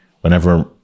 whenever